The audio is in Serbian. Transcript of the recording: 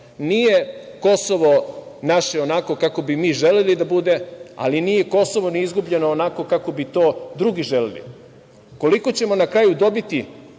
Kosovo naše onako kako bi mi želeli da bude, ali nije Kosovo ni izgubljeno onako kako bi to drugi želeli. Koliko ćemo na kraju dobiti